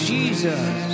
Jesus